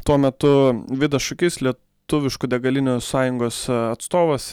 tuo metu vidas šukys lietuviškų degalinių sąjungos atstovas